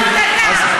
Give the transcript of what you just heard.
אל תטיף לי על צביעות,